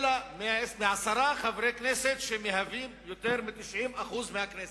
אלא מעשרה חברי כנסת שמייצגים יותר מ-90% מחברי הכנסת.